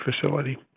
facility